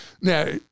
Now